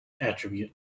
attribute